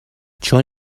چون